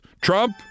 Trump